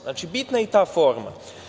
Znači, bitna je i ta forma.